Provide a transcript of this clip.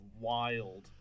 wild